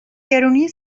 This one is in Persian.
گرونی